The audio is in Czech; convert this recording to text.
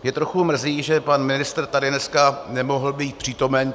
Mě trochu mrzí, že pan ministr tady dneska nemohl být přítomen.